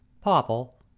Popple